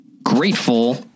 grateful